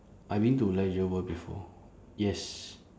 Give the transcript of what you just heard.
I been to leisure world before yes